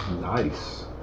Nice